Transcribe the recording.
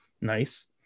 Nice